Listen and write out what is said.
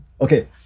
Okay